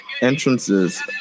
entrances